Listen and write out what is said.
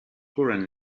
current